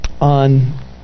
on